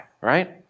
right